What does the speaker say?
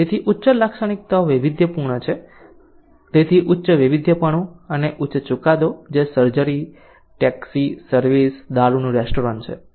તેથી ઉચ્ચ લાક્ષણિકતાઓ વૈવિધ્યપૂર્ણ છે તેથી ઉચ્ચ વૈવિધ્યપણું અને ઉચ્ચ ચુકાદો જે સર્જરી ટેક્સી સર્વિસ દારૂનું રેસ્ટોરન્ટ છે